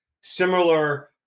similar